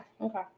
Okay